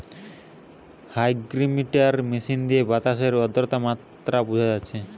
hygrometer machine দিয়ে বাতাসের আদ্রতার মাত্রা বুঝা যাচ্ছে